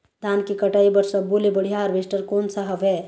धान के कटाई बर सब्बो ले बढ़िया हारवेस्ट कोन सा हवए?